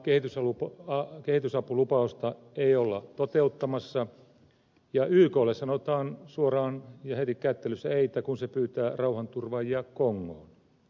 sen yklle antamaa kehitysapulupausta ei olla toteuttamassa ja yklle sanotaan suoraan ja heti kättelyssä ei kun se pyytää rauhanturvaajia kongoon